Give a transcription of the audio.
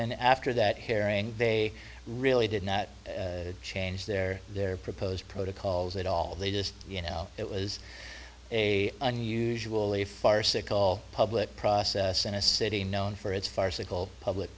and after that herring they really did not change their their proposed protocols at all they just you know it was a unusually farcical public process in a city known for its farcical public